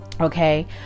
okay